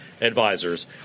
advisors